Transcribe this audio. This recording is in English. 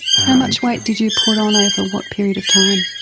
how much weight did you put on over what period of time?